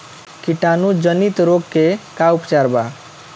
कीटाणु जनित रोग के का उपचार बा?